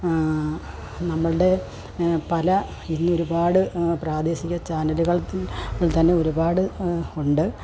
നമ്മളുടെ പല ഇനി ഒരുപാട് പ്രാദേശിക ചിനലുകൾത്തിൽ ൽതന്നെ ഒരുപാട് ഉണ്ട്